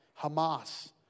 Hamas